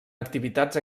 activitats